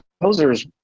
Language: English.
composers